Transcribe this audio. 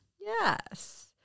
Yes